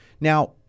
Now